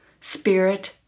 spirit